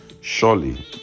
Surely